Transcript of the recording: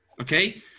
okay